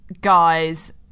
guys